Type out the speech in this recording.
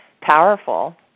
powerful